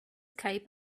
cape